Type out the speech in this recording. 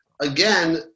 again